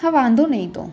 હા વાંધો નહીં તો